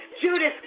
Judas